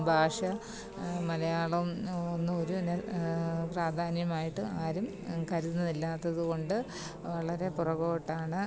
ഭാഷ മലയാളം ഒന്നു ഒരു പ്രാധാന്യമായിട്ട് ആരും കരുതുന്നില്ലാത്തത് കൊണ്ട് വളരെ പുറകോട്ടാണ്